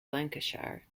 lancashire